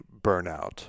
burnout